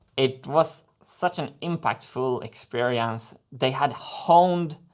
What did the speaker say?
it was such an impactful experience! they had honed.